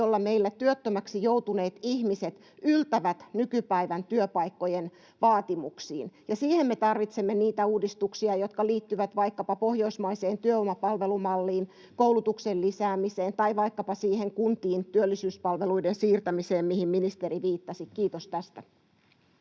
joilla meillä työttömäksi joutuneet ihmiset yltävät nykypäivän työpaikkojen vaatimuksiin. Ja siihen me tarvitsemme niitä uudistuksia, jotka liittyvät vaikkapa pohjoismaiseen työvoimapalvelumalliin, koulutuksen lisäämiseen tai vaikkapa siihen työllisyyspalveluiden siirtämiseen kuntiin, mihin ministeri viittasi, kiitos tästä.